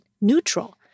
neutral